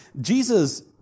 Jesus